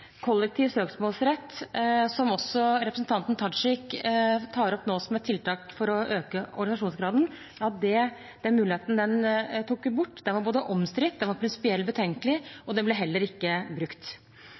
kollektiv søksmålsrett, som også representanten Tajik tar opp nå som et tiltak for å øke organisasjonsgraden, tok vi bort – den var omstridt, den var prinsipielt betenkelig, og den